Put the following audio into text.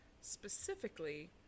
Specifically